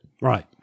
Right